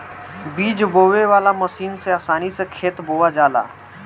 बीज बोवे वाला मशीन से आसानी से खेत बोवा जाला